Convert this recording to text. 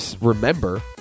remember